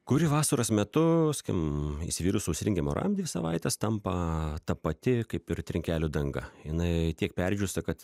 kuri vasaros metu sakim įsivyrus sausringiem oram dvi savaites tampa ta pati kaip ir trinkelių danga jinai tiek perdžiūsta kad